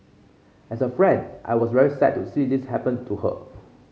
as a friend I was very sad to see this happen to her